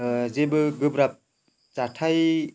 ओ जेबो गोब्राब जाथाय